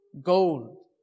gold